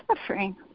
suffering